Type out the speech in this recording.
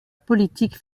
politique